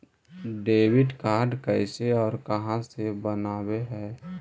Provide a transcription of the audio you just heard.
Debit card कैसे और कहां से बनाबे है?